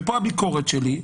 ופה הביקורת שלי,